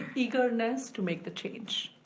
eagerness to make the change,